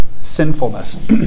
sinfulness